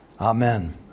Amen